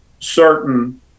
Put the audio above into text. certain